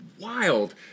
wild